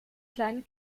kleinen